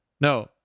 No